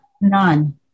None